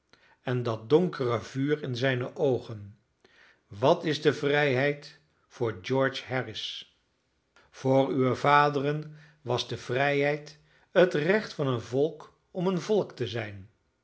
en dat donkere vuur in zijne oogen wat is de vrijheid voor george harris voor uwe vaderen was de vrijheid het recht van een volk om een volk te zijn